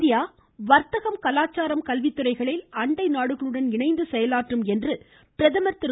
India வர்த்தகம் கலாச்சாரம் கல்வித்துறைகளில் அண்டை நாடுகளுடன் இணைந்து செயலாற்றும் என்று பிரதமர் திரு